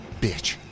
bitch